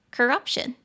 Corruption